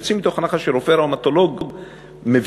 יוצאים מתוך הנחה שרופא ראומטולוג מבין